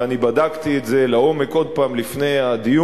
ואני בדקתי את זה לעומק עוד פעם לפני הדיון,